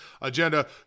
agenda